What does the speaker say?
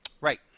Right